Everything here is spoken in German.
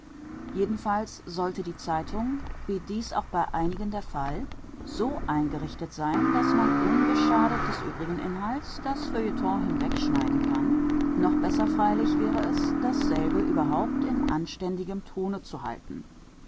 jedenfalls sollte die zeitung wie dies auch bei einigen der fall so eingerichtet sein daß man unbeschadet des übrigen inhalts das feuilleton hinwegschneiden kann noch besser freilich wäre es dasselbe überhaupt in anständigem tone zu halten